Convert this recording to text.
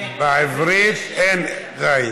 בעברית אין ר'ין.